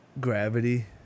gravity